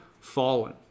fallen